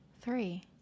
Three